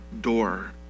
door